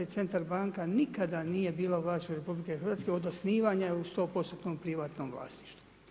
Centar banka nikada nije bila u vlasništvu RH od osnivanja u sto postotnom privatnom vlasništvu.